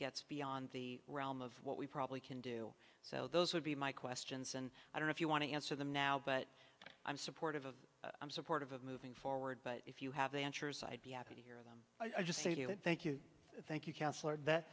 gets beyond the realm of what we probably can do so those would be my questions and i don't if you want to answer them now but i'm supportive of i'm supportive of moving forward but if you have answers i'd be happy to hear them i just say to you and thank you tha